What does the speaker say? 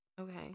okay